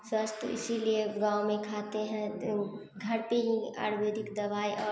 स्वस्थ इसलिए गाँव में खाते हैं घर पर ही आयुर्वेदिक दवाई और